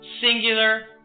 singular